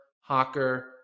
Hawker